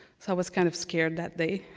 so was kind of scared that they